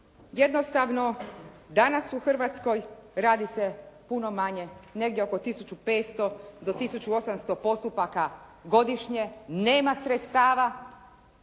Jednostavno danas u Hrvatskoj radi se puno manje, negdje oko 1500 do 1800 postupaka godišnje. Nema sredstava.